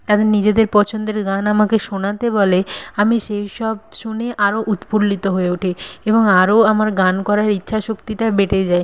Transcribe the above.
তাদের নিজেদের পছন্দের গান আমাকে শোনাতে বলে আমি সেই সব শুনে আরও উৎফুল্লিত হয়ে ওঠি এবং আরও আমার গান করার ইচ্ছা শক্তিটা বেড়ে যায়